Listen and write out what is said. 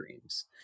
dreams